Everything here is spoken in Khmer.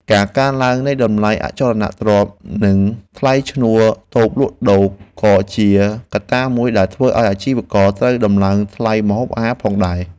ការកើនឡើងនៃតម្លៃអចលនទ្រព្យនិងថ្លៃឈ្នួលតូបលក់ដូរក៏ជាកត្តាមួយដែលធ្វើឱ្យអាជីវករត្រូវដំឡើងថ្លៃម្ហូបអាហារផងដែរ។